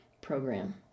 program